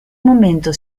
momento